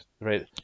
right